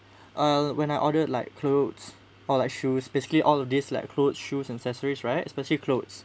uh when I ordered like clothes or like shoes basically all of these like clothes shoes and accessories right especially clothes